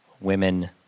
Women